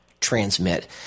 transmit